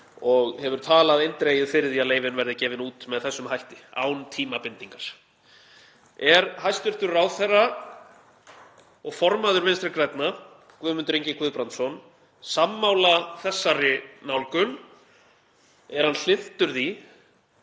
og hefur talað eindregið fyrir því að leyfin verði gefin út með þessum hætti, án tímabindingar. Er hæstv. ráðherra og formaður Vinstri grænna, Guðmundur Ingi Guðbrandsson, sammála þessari nálgun? Er hann hlynntur því